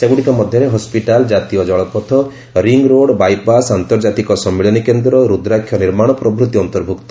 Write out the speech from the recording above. ସେଗ୍ରଡ଼ିକ ମଧ୍ୟରେ ହୱିଟାଲ୍ ଜାତୀୟ ଜଳପଥ ରିଙ୍ଗ୍ ରୋଡ୍ ବାଇପାସ୍ ଆନ୍ତର୍ଜାତିକ ସମ୍ମିଳନୀ କେନ୍ଦ୍ର ରୁଦ୍ରାକ୍ଷ ନିର୍ମାଣ ପ୍ରଭୃତି ଅନ୍ତର୍ଭୁକ୍ତ